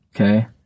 Okay